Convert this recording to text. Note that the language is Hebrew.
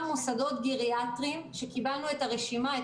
מוסדות גריאטריים שקיבלנו את הרשימה שלהם,